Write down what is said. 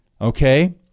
okay